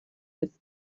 its